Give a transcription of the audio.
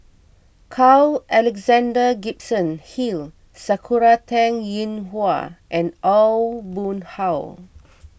Carl Alexander Gibson Hill Sakura Teng Ying Hua and Aw Boon Haw